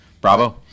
Bravo